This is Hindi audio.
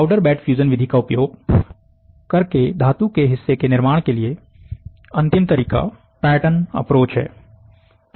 पाउडर बेड फ्यूजन विधि का उपयोग करके धातु के हिस्से के निर्माण के लिए अंतिम तरीका पैटर्न एप्रोच है